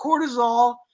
cortisol